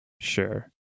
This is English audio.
Sure